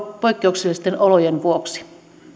poikkeuksellisten olojen vuoksi